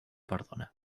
perdona